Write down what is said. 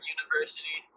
University